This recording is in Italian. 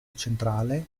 centrale